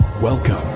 Welcome